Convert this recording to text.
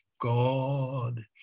God